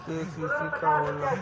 KCC का होला?